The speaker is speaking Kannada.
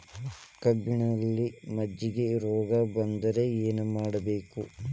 ಕಬ್ಬಿನಲ್ಲಿ ಮಜ್ಜಿಗೆ ರೋಗ ಬಂದರೆ ಏನು ಮಾಡಬೇಕು?